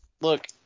look